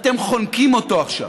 ואתם חונקים אותו עכשיו.